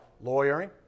Lawyering